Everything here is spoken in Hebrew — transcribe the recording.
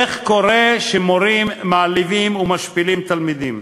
איך קורה שמורים מעליבים ומשפילים תלמידים?